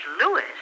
Lewis